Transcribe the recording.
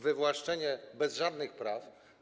Wywłaszczenie bez żadnych praw.